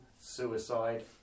suicide